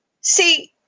see